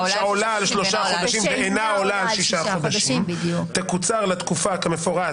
שעולה על שלושה חודשים ואינה עולה על שישה חודשים תקוצר לתקופה כמפורט